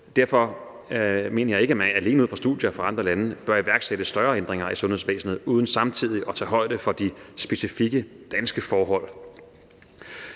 Derfor mener jeg ikke, at man alene ud fra studier fra andre lande bør iværksætte større ændringer af sundhedsvæsenet uden samtidig at tage højde for de specifikke danske forhold.